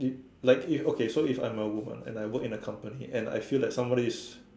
like if okay so if I'm a woman and I work in a company and I feel that somebody is